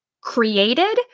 created